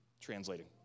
translating